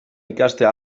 ikastea